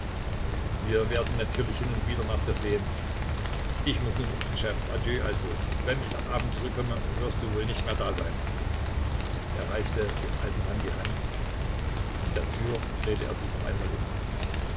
wir werden natürlich hin und wieder nach dir sehen ich muß nun ins geschäft adieu also wenn ich am abend zurückkomme wirst du wohl nicht mehr da sein er reichte dem alten mann die hand an der tür drehte er sich noch einmal um